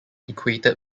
equated